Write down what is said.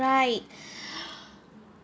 right